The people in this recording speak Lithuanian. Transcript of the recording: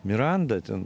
miranda ten